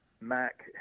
Mac